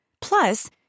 Plus